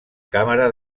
càmera